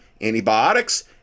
antibiotics